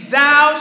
thou